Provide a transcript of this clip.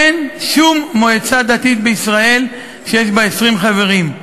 אין שום מועצה דתית בישראל שיש בה 20 חברים.